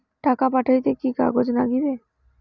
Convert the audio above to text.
টাকা পাঠাইতে কি কাগজ নাগীবে?